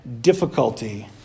difficulty